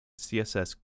CSS